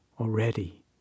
already